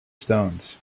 stones